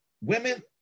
women